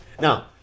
Now